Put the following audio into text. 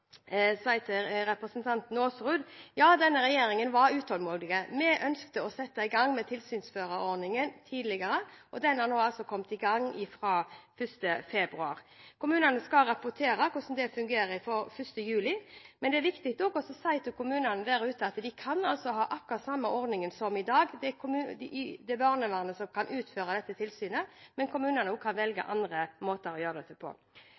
si til representanten Aasrud at denne regjeringen var utålmodig. Vi ønsket å sette i gang med tilsynsførerordningen tidligere. Den har nå kommet i gang fra 1. februar. Kommunene skal rapportere hvordan det fungerer, fra 1. juli. Det er også viktig å si til kommunene at de kan ha samme ordning som i dag. Det er barnevernet som kan utføre dette tilsynet, men kommunen kan velge andre måter å gjøre det på.